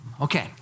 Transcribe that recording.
Okay